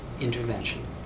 intervention